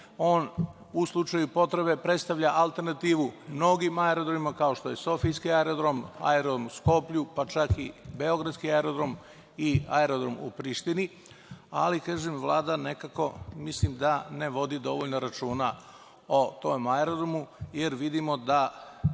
on u slučaju potrebe predstavlja alternativu mnogim aerodromima, kao što je sofijski aerodrom, aerodrom u Skuplju, pa čak i beogradski aerodrom i aerodrom u Prištini. Kažem, da Vlada nekako ne vodi dovoljno računa o tom aerodromu, jer vidimo da